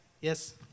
yes